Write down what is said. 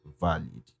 valid